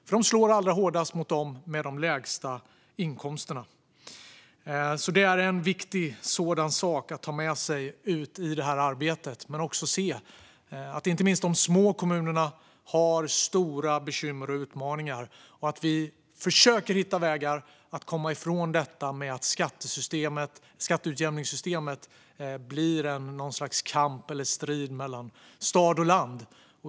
Skatterna slår allra hårdast mot dem med de lägsta inkomsterna. Detta är en viktig sak att ta med sig ut i arbetet. Inte minst de små kommunerna har stora bekymmer och utmaningar. Vi måste hitta vägar att undvika att skatteutjämningssystemet blir en strid mellan stad och land.